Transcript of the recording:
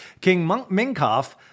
King-Minkoff